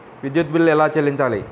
విద్యుత్ బిల్ ఎలా చెల్లించాలి?